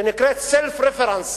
שנקראת self reference.